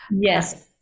Yes